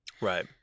Right